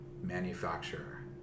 manufacturer